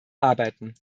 arbeiten